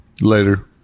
Later